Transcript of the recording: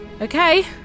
Okay